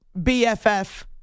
BFF